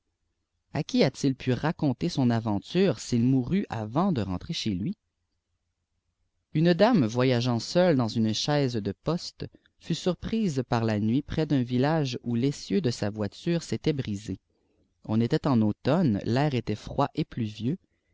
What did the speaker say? a qui a-t-il pu raconter son aventure s'il mo wiit avant de rentrer ôheif lui tne dame voyageant seul dans une chaise de poste fut surprise parla nuilprcs d un village où tessieu de sa voiture s'était brisé m était en automne lair était fraid et pluvieux